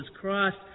Christ